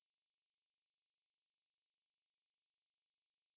!huh! ops